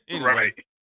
Right